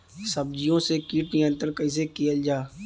सब्जियों से कीट नियंत्रण कइसे कियल जा?